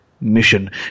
mission